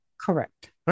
Correct